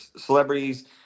celebrities